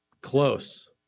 close